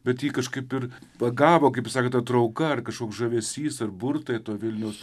bet jį kažkaip ir pagavo kaip jis sakė ta trauka ar kažkoks žavesys ar burtai to vilnius